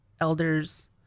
elders